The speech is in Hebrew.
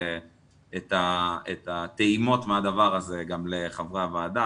את הטעימות מהדבר הזה לחברי הוועדה,